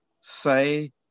Say